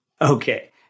Okay